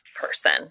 person